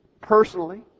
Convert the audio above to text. personally